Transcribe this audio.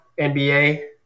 NBA